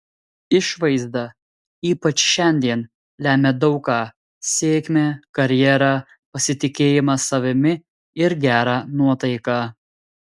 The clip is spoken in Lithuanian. išvaizda ypač šiandien lemia daug ką sėkmę karjerą pasitikėjimą savimi ir gerą nuotaiką